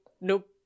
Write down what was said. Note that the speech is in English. nope